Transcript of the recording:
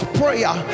prayer